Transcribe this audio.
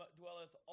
dwelleth